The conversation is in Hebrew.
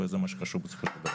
וזה מה שחשוב בסופו של דבר.